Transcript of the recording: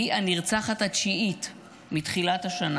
והיא הנרצחת התשיעית מתחילת השנה.